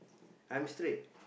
I'm straight